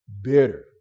bitter